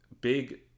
big